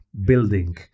building